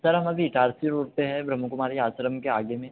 sir हम अभी Itarsi road हैं ब्रह्म कुमारी आश्रम के आगे में